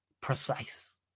precise